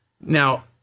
Now